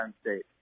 State